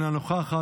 אינה נוכחת,